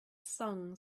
song